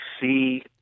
see